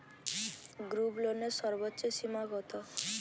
গ্রুপলোনের সর্বোচ্চ সীমা কত?